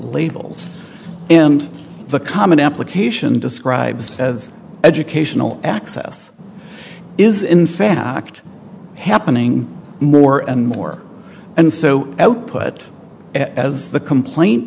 labels and the common application describes as educational access is in fact happening more and more and so output as the complaint